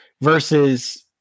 versus